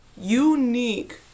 unique